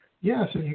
Yes